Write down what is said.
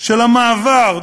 של המעבר,